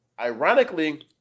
Ironically